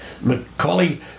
Macaulay